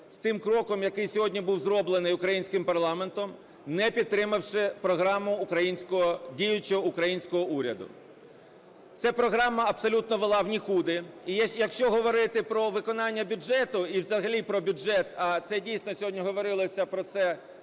з тим кроком, який сьогодні був зроблений українським парламентом, не підтримавши програму діючого українського уряду. Це програма абсолютно вела в нікуди, і якщо говорити про виконання бюджету і взагалі про бюджет, а це дійсно сьогодні говорилося про це